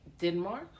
Denmark